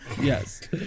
Yes